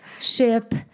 Ship